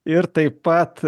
ir taip pat